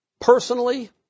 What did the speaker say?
personally